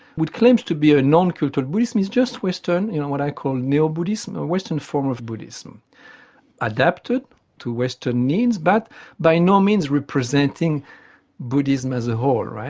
which claims to be a non-cultural buddhism is just western, you know, what i call neo-buddhism, a western form of buddhism adapted to western needs, but by no means representing buddhism as a whole,